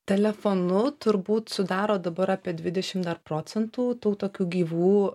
telefonu turbūt sudaro dabar apie dvidešim procentų tų tokių gyvų